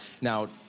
Now